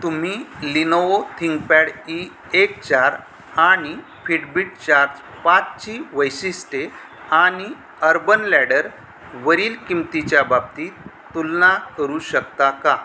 तुम्ही Lenovo ThinkPad E एक चार आणि फिडबिट चार्ज पाचची वैशिष्ट्ये आणि अर्बन लॅडर वरील किमतीच्या बाबतीत तुलना करू शकता का